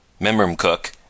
Memramcook